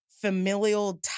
familial